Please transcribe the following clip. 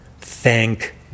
Thank